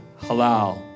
halal